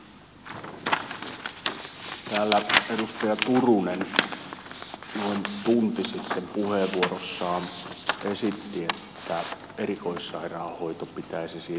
täällä edustaja turunen noin tunti sitten puheenvuorossaan esitti että erikoissairaanhoito pitäisi siirtää valtion hoidettavaksi